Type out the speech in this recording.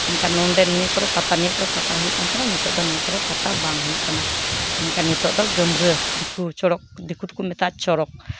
ᱢᱮᱱᱠᱷᱟᱱ ᱱᱚᱰᱮ ᱱᱤᱭᱟᱹ ᱠᱚᱨᱮᱫ ᱯᱟᱛᱟ ᱱᱤᱭᱟᱹ ᱠᱚᱨᱮᱫ ᱯᱟᱛᱟ ᱦᱩᱭᱩᱜ ᱠᱟᱱ ᱛᱟᱦᱮᱱᱟ ᱱᱤᱛᱚᱜ ᱫᱚ ᱱᱤᱭᱟᱹ ᱠᱚᱨᱮᱜ ᱯᱟᱛᱟ ᱵᱟᱝ ᱦᱩᱭᱩᱜ ᱠᱟᱱᱟ ᱢᱮᱱᱠᱷᱟᱱ ᱱᱤᱛᱚᱜ ᱫᱚ ᱜᱟᱹᱢᱨᱟᱹ ᱫᱤᱠᱩ ᱠᱚ ᱞᱮᱠᱟ ᱪᱚᱲᱚᱠ ᱫᱤᱠᱩ ᱫᱚᱠᱚ ᱢᱮᱛᱟᱜᱼᱟ ᱪᱚᱲᱚᱠ